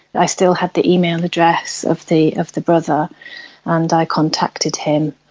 i still had the email address of the of the brother and i contacted him,